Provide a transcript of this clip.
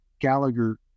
Gallagher